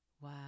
Wow